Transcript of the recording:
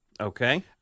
Okay